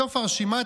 בסוף הרשימה,